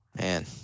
Man